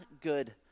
good